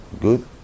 good